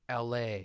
LA